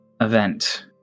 event